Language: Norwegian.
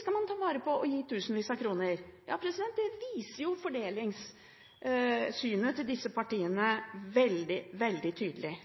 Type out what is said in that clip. skal man ta vare på og gi tusenvis av kroner. Det viser jo fordelingssynet til disse partiene veldig, veldig tydelig.